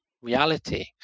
reality